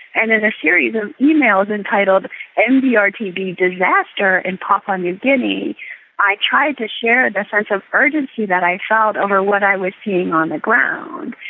and in a series of emails entitled mdr tb disaster in papua ah new guinea i tried to share the sense of urgency that i felt over what i was seeing on the ground.